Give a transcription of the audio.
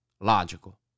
logical